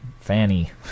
fanny